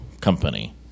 company